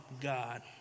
God